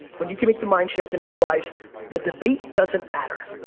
when you can make the mind shift and realize the debate doesn't matter.